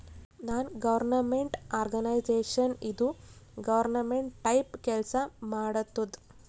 ನಾನ್ government organization ಇದು government type ಕೆಲ್ಸಾ ಮಾಡತ್ತುದ್